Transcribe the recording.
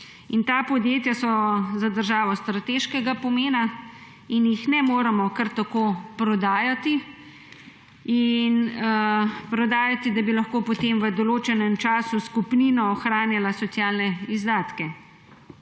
Ta podjetja so za državo strateškega pomena in jih ne moremo kar tako prodajati, da bi lahko potem v določenem času s kupnino ohranjali socialne izdatke.